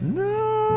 no